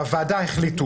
והם באותו גיל.